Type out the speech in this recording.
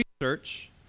research